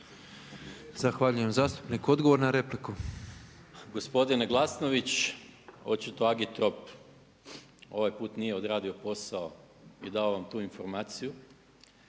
Zahvaljujem zastupniku. Odgovor na repliku. **Maras, Gordan (SDP)** Gospodine Glasnović, očito Agitrop ovaj put nije odradio posao i dao vam tu informaciju